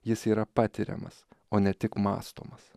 jis yra patiriamas o ne tik mąstomas